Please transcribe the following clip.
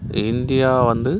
India வந்து